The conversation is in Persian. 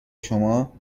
شما